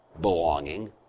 belonging